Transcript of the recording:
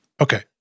okay